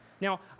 Now